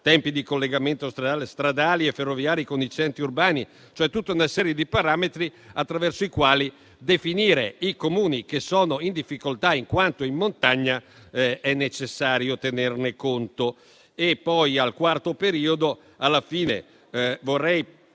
tempi di collegamento stradali e ferroviari con i centri urbani: tutta una serie di parametri attraverso i quali definire i Comuni che sono in difficoltà, in quanto in montagna, e di cui è necessario tenere conto. Poi, al quarto periodo, propongo di